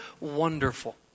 wonderful